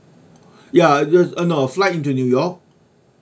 ya just err no fly into new york